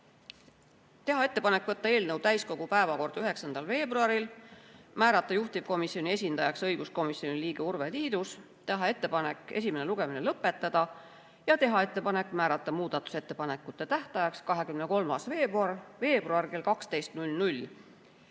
teha ettepanek võtta eelnõu täiskogu päevakorda 9. veebruaril, määrata juhtivkomisjoni esindajaks õiguskomisjoni liige Urve Tiidus, teha ettepanek esimene lugemine lõpetada ja teha ettepanek määrata muudatusettepanekute tähtajaks 23. veebruar kell 12.